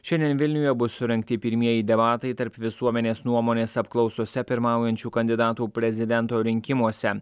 šiandien vilniuje bus surengti pirmieji debatai tarp visuomenės nuomonės apklausose pirmaujančių kandidatų prezidento rinkimuose